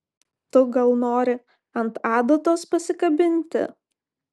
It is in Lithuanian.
tu gal nori ant adatos pasikabinti